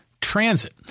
transit